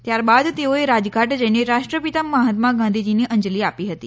ત્યારબાદ તેઓએ રાજઘાટ જઈને રાષ્ર્ પિતા મહાત્મા ગાંધીજીને અંજલી આપી હતી